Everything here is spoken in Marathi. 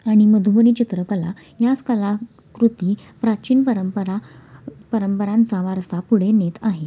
आणि मधुबनी चित्रकला याच कलाकृती प्राचीन परंपरा परंपरांचा वारसा पुढे नेत आहेत